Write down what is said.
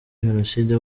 jenoside